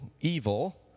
evil